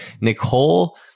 Nicole